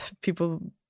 people